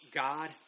God